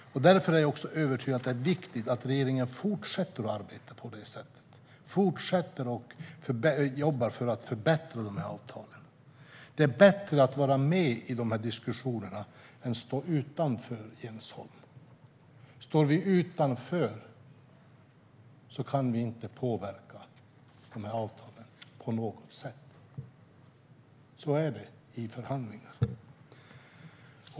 Därför är jag också övertygad om att det är viktigt att regeringen fortsätter att arbeta på det sättet och fortsätter att jobba för att förbättra de här avtalen. Det är bättre att vara med i diskussionerna än att stå utanför, Jens Holm. Står vi utanför kan vi inte påverka avtalen på något sätt. Så är det i förhandlingar.